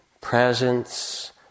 presence